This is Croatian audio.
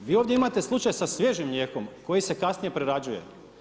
Vi ovdje imate slučaj sa svježim mlijekom koji se kasnije prerađuje.